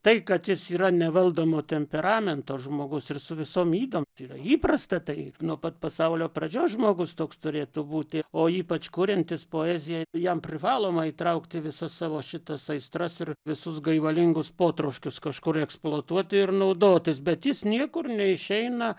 tai kad jis yra nevaldomo temperamento žmogus ir su visom ydom tai yra įprasta tai nuo pat pasaulio pradžios žmogus toks turėtų būti o ypač kuriantis poeziją jam privaloma įtraukti visas savo šitas aistras ir visus gaivalingus potroškius kažkur eksploatuoti ir naudotis bet jis niekur neišeina